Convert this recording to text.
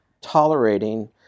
tolerating